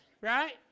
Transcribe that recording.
right